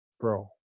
Bro